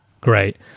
great